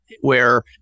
where-